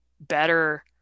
better